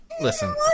Listen